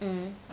mm